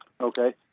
Okay